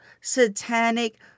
satanic